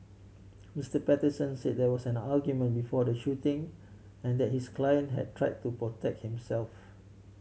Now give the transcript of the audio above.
Mister Patterson say there was an argument before the shooting and that his client had try to protect himself